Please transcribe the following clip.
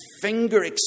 finger